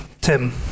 Tim